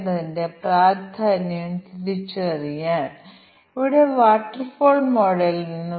അതിനാൽ ഞങ്ങൾക്ക് ടെസ്റ്റ് കേസുകളും അവയുടെ പ്രതീക്ഷിച്ച ഫലങ്ങളും ഉണ്ടാകും